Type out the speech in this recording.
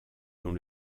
dont